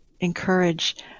encourage